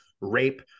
rape